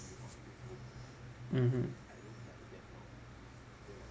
mmhmm